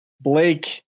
Blake